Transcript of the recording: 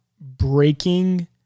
breaking